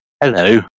Hello